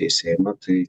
į seimą tai